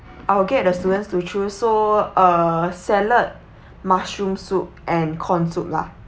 I will get the students to choose so uh salad mushroom soup and corn soup lah